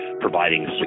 providing